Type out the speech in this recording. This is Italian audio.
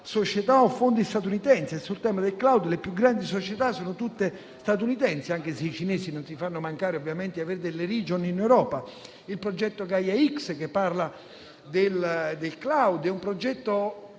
società o a fondi statunitensi e che sul tema del *cloud* le più grandi società sono tutte statunitensi, anche se i cinesi non si fanno mancare ovviamente di avere delle *region* in Europa. Il progetto Gaia X, che parla del *cloud*, è un progetto